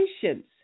patience